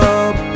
up